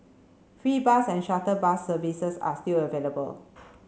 free bus and shuttle bus services are still available